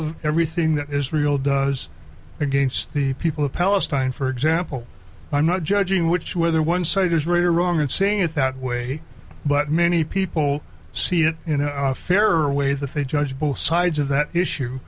of everything that israel does against the people of palestine for example i'm not judging which whether one side is great or wrong in saying it that way but many people see it in a fairer way that they judge both sides of that issue